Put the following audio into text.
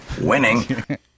Winning